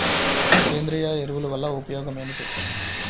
సేంద్రీయ ఎరువుల వల్ల ఉపయోగమేమిటీ?